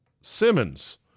Simmons